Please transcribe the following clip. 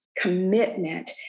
Commitment